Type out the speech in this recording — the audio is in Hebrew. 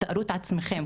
תתארו לעצמכם,